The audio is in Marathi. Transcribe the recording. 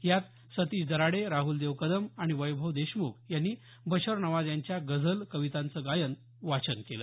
यात सतीष दराडे राहलदेव कदम आणि वैभव देशम्ख यांनी बशन नवाज यांच्या गझल कवितांचं गायन वाचन केलं